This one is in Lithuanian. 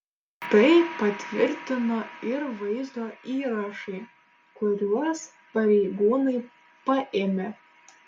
tai patvirtino ir vaizdo įrašai kuriuos pareigūnai paėmė